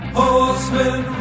horsemen